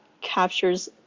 captures